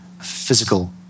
physical